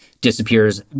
disappears